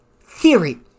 theory